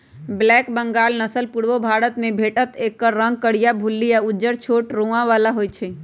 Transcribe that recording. black Bengal नसल पुरुब भारतमे भेटत एकर रंग करीया, भुल्ली आ उज्जर छोट रोआ बला होइ छइ